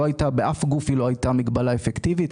באף גוף היא לא הייתה מגבלה אפקטיבית,